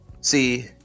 See